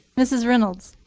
mrs. reynolds?